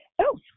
else